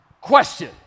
question